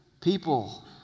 People